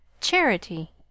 charity